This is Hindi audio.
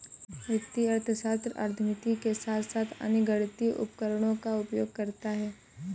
वित्तीय अर्थशास्त्र अर्थमिति के साथ साथ अन्य गणितीय उपकरणों का उपयोग करता है